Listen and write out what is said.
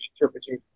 interpretation